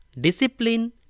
discipline